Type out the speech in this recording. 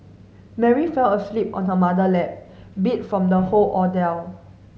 Mary fell asleep on her mother lap beat from the whole